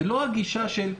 זה לא הגישה של: